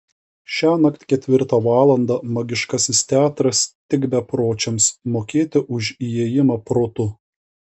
šiąnakt ketvirtą valandą magiškasis teatras tik bepročiams mokėti už įėjimą protu